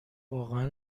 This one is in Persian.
واقعا